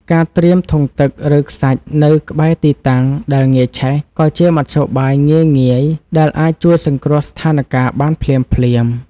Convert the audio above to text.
ការត្រៀមធុងទឹក ឬខ្សាច់នៅក្បែរទីតាំងដែលងាយឆេះក៏ជាមធ្យោបាយងាយៗដែលអាចជួយសង្គ្រោះស្ថានការណ៍បានភ្លាមៗ។